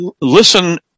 listen